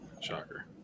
Shocker